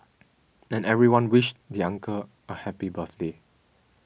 and everyone wished the uncle a happy birthday